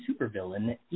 supervillain